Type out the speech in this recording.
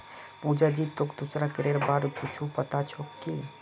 पुजा जी, तोक दूसरा करेर बार कुछु पता छोक की